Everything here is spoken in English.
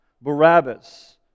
Barabbas